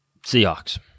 Seahawks